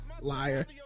Liar